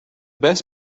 best